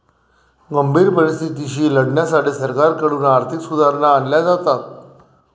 गंभीर परिस्थितीशी लढण्यासाठी सरकारकडून आर्थिक सुधारणा आणल्या जातात